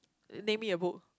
name me a book